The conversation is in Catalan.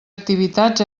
activitats